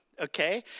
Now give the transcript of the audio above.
okay